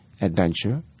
adventure